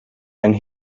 and